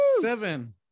Seven